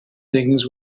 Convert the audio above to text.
things